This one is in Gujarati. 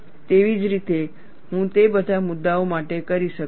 તેવી જ રીતે હું તે બધા મુદ્દાઓ માટે કરી શકું છું